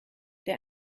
der